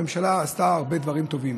הממשלה עשתה הרבה דברים טובים,